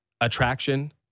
attraction